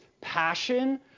passion